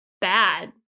Bad